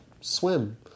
swim